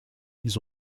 ils